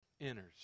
enters